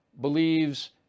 believes